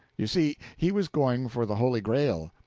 you see, he was going for the holy grail.